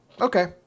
okay